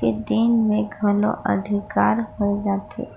कि दिन मे घलो अंधिकार होए जाथे